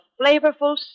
flavorful